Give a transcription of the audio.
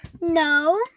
No